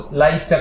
life